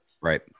Right